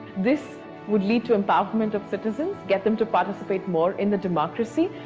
this would lead to empowerment of citizens, get them to participate more in the democracy,